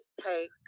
take